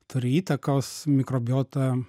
turi įtakos mikrobiota